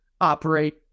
operate